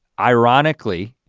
ironically,